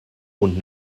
und